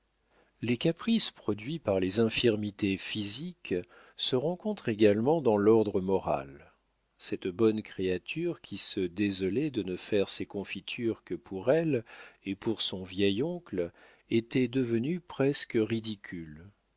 les caprices produits par les infirmités physiques se rencontrent également dans l'ordre moral cette bonne créature qui se désolait de ne faire ses confitures que pour elle et pour son vieil oncle était devenue presque ridicule